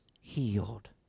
healed